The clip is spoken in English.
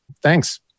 Thanks